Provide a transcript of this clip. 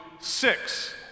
six